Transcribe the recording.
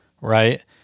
Right